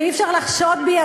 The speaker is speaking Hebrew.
ואי-אפשר לחשוד בי,